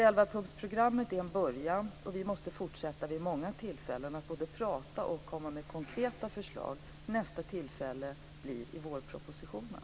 Elvapunktsprogrammet är alltså en början, och vi måste fortsätta vid många tillfällen att både prata och komma med konkreta förslag. Nästa tillfälle blir i samband med vårpropositionen.